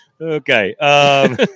Okay